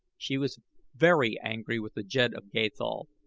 she was very angry with the jed of gathol,